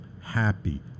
happy